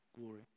glory